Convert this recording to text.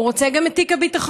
הוא רוצה גם את תיק הביטחון.